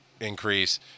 increase